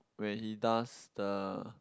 where he does the